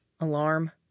Alarm